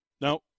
Now